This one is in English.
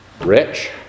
rich